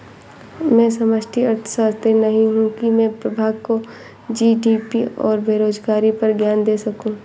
मैं समष्टि अर्थशास्त्री नहीं हूं की मैं प्रभा को जी.डी.पी और बेरोजगारी पर ज्ञान दे सकूं